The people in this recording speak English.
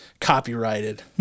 Copyrighted